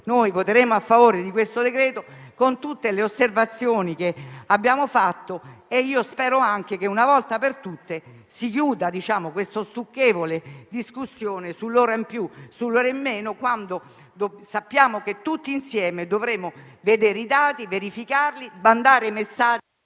Noi voteremo a favore del disegno di legge in esame, con tutte le osservazioni che abbiamo fatto, e spero anche che una volta per tutte si chiuda la stucchevole discussione sull'ora in più e l'ora in meno, quando sappiamo che tutti insieme dovremo vedere i dati e verificarli. Questo